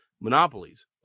monopolies